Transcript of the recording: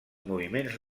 moviments